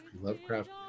Lovecraft